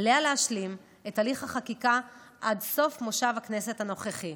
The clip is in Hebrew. עליה להשלים את תהליך החקיקה עד סוף מושב הכנסת הנוכחי.